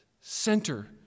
center